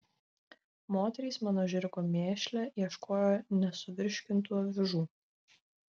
moterys mano žirgo mėšle ieškojo nesuvirškintų avižų